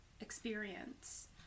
Experience